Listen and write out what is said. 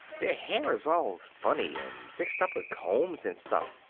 their hair is all funny, and fixed up with combs and stuff,